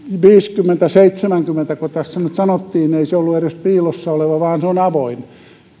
viisikymmentä viiva seitsemänkymmentäkö tässä nyt sanottiin eihän se ollut edes piilossa oleva vaan se on avoin